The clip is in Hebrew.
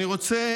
אני רוצה